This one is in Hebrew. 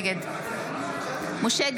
נגד משה גפני,